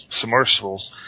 submersibles